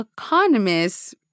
economists